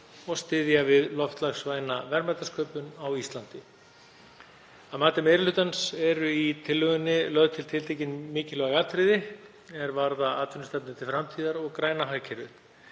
og styðja við loftslagsvæna verðmætasköpun á Íslandi. Að mati meiri hlutans eru í tillögunni lögð til tiltekin mikilvæg atriði er varða atvinnustefnu til framtíðar og græna hagkerfið.